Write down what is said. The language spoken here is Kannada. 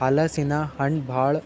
ಹಲಸಿನ ಹಣ್ಣ್ ಭಾಳ್